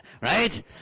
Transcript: right